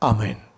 Amen